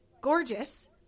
gorgeous